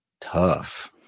tough